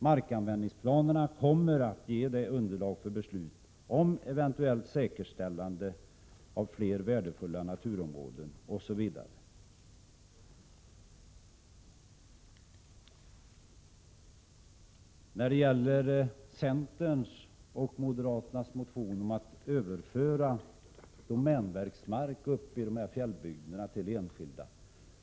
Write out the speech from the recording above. Markanvändningsplanerna kommer att ge underlag för beslut om eventuellt säkerställande av flera värdefulla naturområden osv. Centern och moderaterna har motionerat om att överföra domänverksmark uppe i fjällbygderna till enskilda.